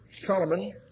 Solomon